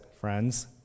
friends